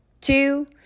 two